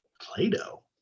Play-Doh